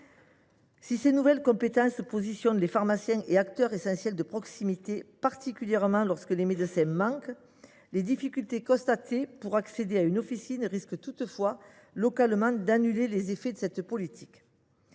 Ces nouvelles compétences ont conforté les pharmaciens comme acteurs essentiels de proximité, particulièrement lorsque les médecins manquent. Toutefois, les difficultés constatées pour accéder à une officine risquent d’annuler localement les effets de cette politique.